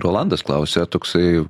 rolandas klausia toksai